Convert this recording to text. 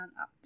up